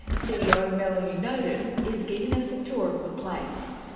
ceo melanie noden, is giving us a tour of the place.